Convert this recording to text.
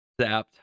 zapped